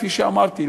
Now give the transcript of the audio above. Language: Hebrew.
כפי שאמרתי,